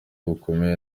bukomeye